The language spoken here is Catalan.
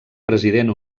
president